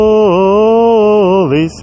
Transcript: Holy